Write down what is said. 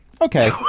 Okay